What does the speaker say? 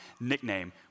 nickname